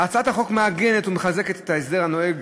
הצעת החוק מעגנת ומחזקת את ההסדר הנוהג